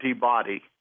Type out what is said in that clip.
body